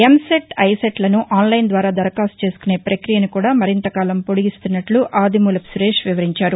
ఎంసెట్ ఐసెట్లను ఆన్లైన్ ద్వారా దరఖాస్తు చేసుకునే ప్రక్రియను కూడా మరింతకాలం పొడిగిస్తున్నట్లు ఆదిమూలపు సురేష్ వివరించారు